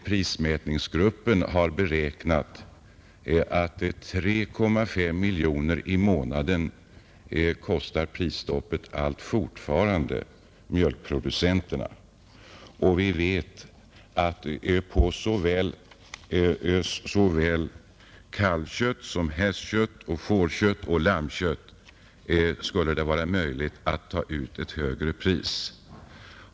Prismätningsgruppen har beräknat att 3,5 miljoner kronor i månaden kostar prisstoppet alltfort mjölkproducenterna, och vi vet att på både kalvkött, hästkött, fårkött och lammkött skulle det vara möjligt att ta ut ett högre pris.